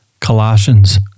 Colossians